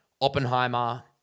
oppenheimer